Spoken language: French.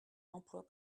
emplois